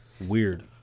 Weird